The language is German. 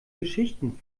geschichten